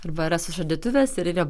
arba yra sužadėtuvės ir yra